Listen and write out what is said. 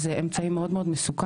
זה אמצעי מאוד מאוד מסוכן.